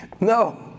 No